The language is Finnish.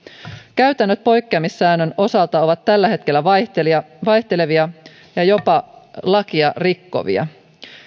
käytännöt poikkeamissäännön osalta ovat tällä hetkellä vaihtelevia vaihtelevia ja jopa lakia rikkovia